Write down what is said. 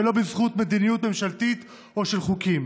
ולא בזכות מדיניות ממשלתית או חוקים.